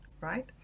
Right